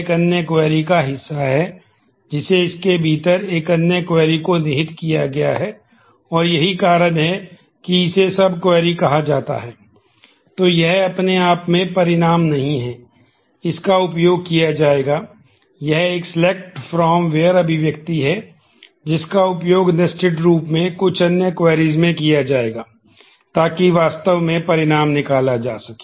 एक nested query में किया जाएगा ताकि वास्तव में परिणाम निकाला जा सके